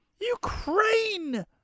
Ukraine